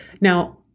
Now